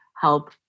help